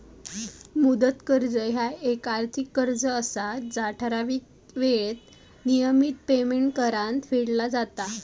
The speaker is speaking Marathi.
मुदत कर्ज ह्या येक आर्थिक कर्ज असा जा ठराविक येळेत नियमित पेमेंट्स करान फेडली जातत